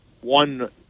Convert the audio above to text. one